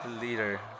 leader